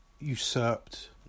usurped